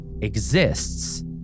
exists